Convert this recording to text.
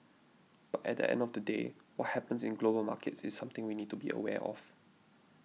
but at the end of the day what happens in global markets is something we need to be aware of